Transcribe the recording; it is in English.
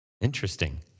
interesting